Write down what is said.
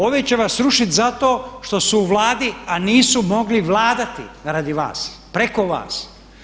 Ovi će vas srušit zato što su u Vladi a nisu mogli vladati radi vas, preko vas.